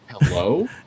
hello